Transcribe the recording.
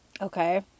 Okay